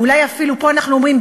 אולי אפילו פה אנחנו אומרים,